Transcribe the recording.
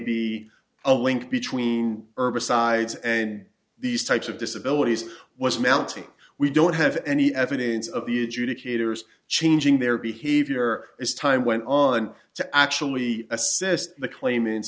be a link between herbicides and these types of disabilities was mounting we don't have any evidence of the adjudicators changing their behavior as time went on to actually assist the claim